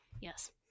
Yes